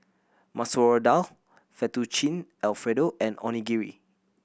Masoor Dal Fettuccine Alfredo and Onigiri